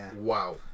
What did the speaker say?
Wow